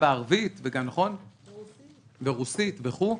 בערבית וגם ברוסית וכולי,